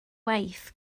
waith